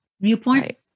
viewpoint